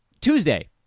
tuesday